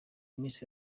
miss